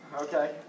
Okay